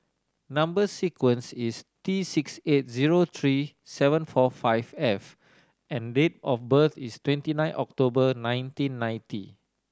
number sequence is T six eight zero three seven four five F and date of birth is twenty nine October nineteen ninety